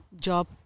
job